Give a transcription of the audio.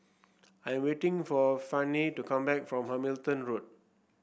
I am waiting for Fannie to come back from Hamilton Road